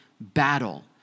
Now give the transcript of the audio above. battle